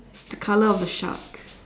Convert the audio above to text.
the colour of the shark